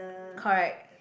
correct